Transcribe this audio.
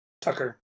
Tucker